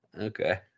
okay